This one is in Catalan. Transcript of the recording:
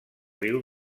riu